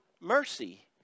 mercy